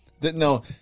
No